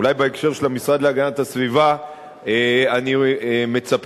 אולי בהקשר של המשרד להגנת הסביבה אני מצפה